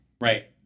Right